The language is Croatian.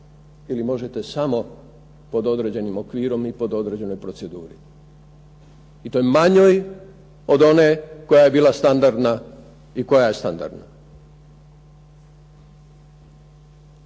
ili možete samo pod određenim okvirom i pod određenoj proceduri i to manjoj koja je bila standardna i koja je standardna.